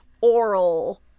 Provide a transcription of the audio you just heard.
Oral